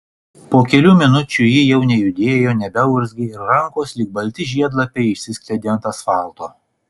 po kelių minučių ji jau nejudėjo nebeurzgė ir rankos lyg balti žiedlapiai išsiskleidė ant asfalto